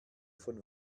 von